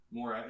more